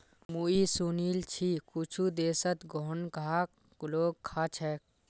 मुई सुनील छि कुछु देशत घोंघाक लोग खा छेक